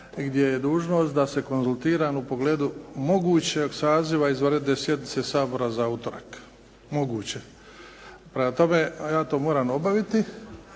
gdje je dužnost da se konzultiram u pogledu mogućeg saziva izvanredne sjednice Sabora za utorak. Moguće. Prema tome, ja to moram obaviti